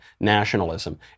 nationalism